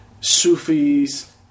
Sufis